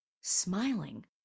smiling